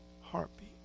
heartbeat